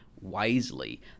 wisely